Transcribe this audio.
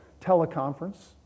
teleconference